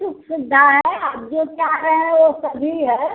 सुख सुविधा है आप जो चाह रहे हैं वह सभी है